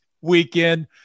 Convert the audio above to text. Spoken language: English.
weekend